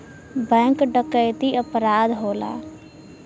bank डकैती अपराध होला